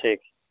ٹھیک